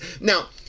now